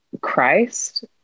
Christ